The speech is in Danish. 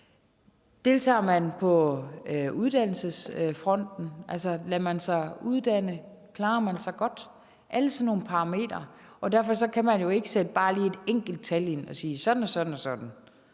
Deltager de på uddannelsesfronten, altså lader de sig uddanne? Klarer de sig godt? Det kan være alle sådan nogle parametre, og derfor kan man jo ikke bare lige sætte et enkelt tal ind og sige, at sådan og sådan